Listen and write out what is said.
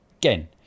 again